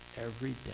everyday